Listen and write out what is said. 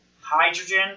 Hydrogen